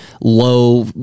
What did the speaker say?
low